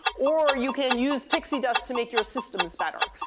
or you can use pixie dust to make your systems better.